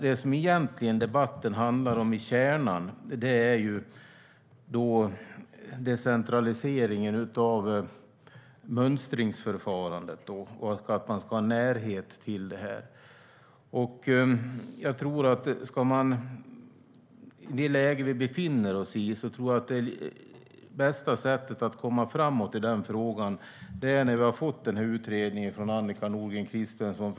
Det som debatten handlar om i kärnan är decentraliseringen av mönstringsförfarandet och att man ska ha närhet till det här. I det läge vi befinner oss i tror jag att det bästa sättet att komma framåt i den här frågan är att göra en bedömning när vi har fått utredningen från Annika Nordgren Christensen.